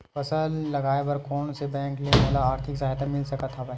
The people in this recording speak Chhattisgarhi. फसल लगाये बर कोन से बैंक ले मोला आर्थिक सहायता मिल सकत हवय?